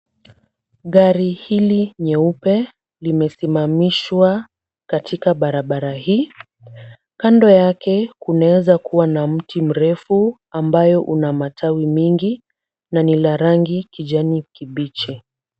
Gari hili nyeupe limesimamishwa katika barabara hii. Kando yake kunaweza kuwa na mti mrefu ambayo una matawi mengi na ni la rangi kijani kibichi.